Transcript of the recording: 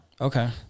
Okay